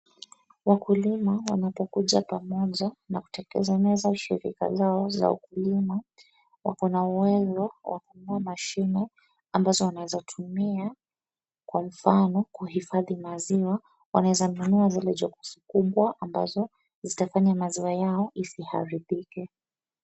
Wakulima wanapokuja pamoja na kutekezeneza shirika zao za wakulima wakona uwezo wa kununua mashine ambazo wanaweza tumia kwa mfano kuhifadhi maziwa, wanaweza nunua zile jugs kubwa ambazo zitafanya maziwa yao isiharibike.